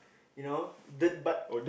you know dirt bike